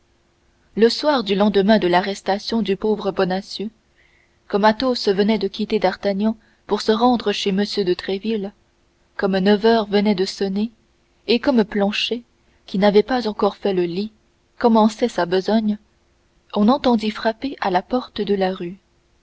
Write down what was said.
le soir du lendemain de l'arrestation du pauvre bonacieux comme athos venait de quitter d'artagnan pour se rendre chez m de tréville comme neuf heures venaient de sonner et comme planchet qui n'avait pas encore fait le lit commençait sa besogne on entendit frapper à la porte de la rue